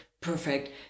perfect